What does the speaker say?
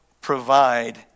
provide